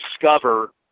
discover